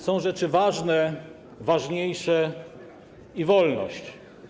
Są rzeczy ważne, ważniejsze i wolność.